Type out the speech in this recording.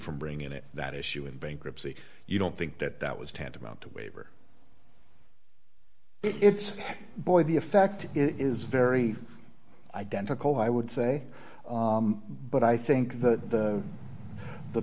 from bringing it that issue in bankruptcy you don't think that that was tantamount to waiver it's boy the effect is very identical i would say but i think that the